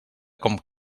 com